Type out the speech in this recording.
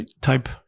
type